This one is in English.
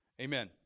Amen